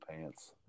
pants